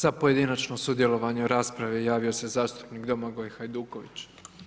Za pojedinačno sudjelovanje u raspravi javio se zastupnik Domagoj Hajduković.